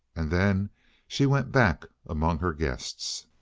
and then she went back among her guests.